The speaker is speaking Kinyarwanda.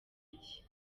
iki